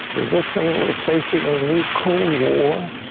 does this mean we are facing a new cold war?